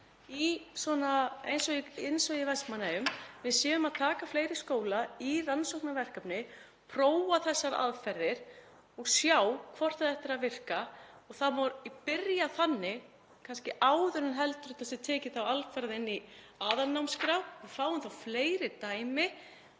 eins og í Vestmannaeyjum, að við séum að taka fleiri skóla í rannsóknarverkefni, prófa þessar aðferðir og sjá hvort þetta er að virka. Það má byrja þannig, kannski áður en þetta er tekið alfarið inn í aðalnámskrá. Við fáum þá fleiri dæmi,